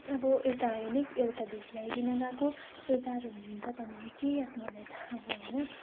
अब एउटा हाईनेक एउटा भेस्ट लगाइकन गएको त्यस्तो जाडो हुन्छ भनेर केही याद मलाई थाहा भएन